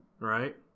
Right